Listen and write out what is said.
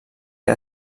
que